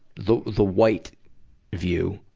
the, the white view,